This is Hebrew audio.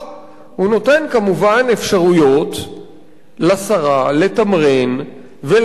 הוא נותן כמובן אפשרויות לשרה לתמרן ולהחליט